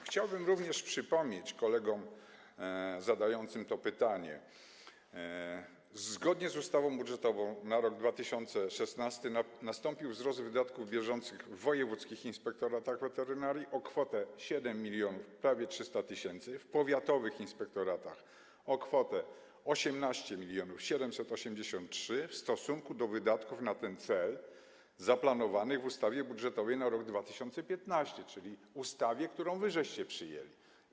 Chciałbym również przypomnieć kolegom zadającym to pytanie: zgodnie z ustawą budżetową na rok 2016 nastąpił wzrost wydatków bieżących w wojewódzkich inspektoratach weterynarii o kwotę prawie 7300 tys., w powiatowych inspektoratach o kwotę 18 783 tys. w stosunku do wydatków na ten cel zaplanowanych w ustawie budżetowej na rok 2015, czyli ustawie, którą wy przyjęliście.